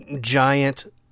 giant